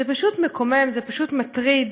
זה פשוט מקומם, זה פשוט מטריד,